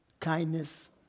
kindness